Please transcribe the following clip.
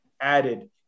added